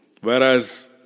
whereas